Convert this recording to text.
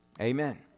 Amen